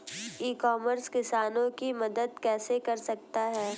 ई commerce किसानों की मदद कैसे कर सकता है?